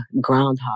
Groundhog